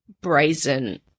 brazen